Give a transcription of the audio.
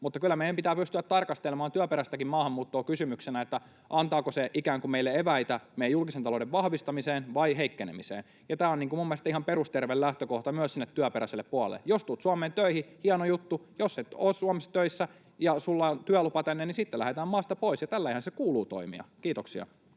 mutta kyllä meidän pitää pystyä tarkastelemaan työperäistäkin maahanmuuttoa kysymyksenä siitä, antaako se ikään kuin meille eväitä meidän julkisen talouden vahvistamiseen vai heikkenemiseen. Tämä on mielestäni ihan perusterve lähtökohta myös sinne työperäiselle puolelle. Jos tulet Suomeen töihin, hieno juttu, ja jos et ole Suomessa töissä ja sinulla ei ole työlupaa tänne, niin sitten lähdetään maasta pois, ja tälleenhän sen kuuluu toimia. — Kiitoksia.